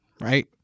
Right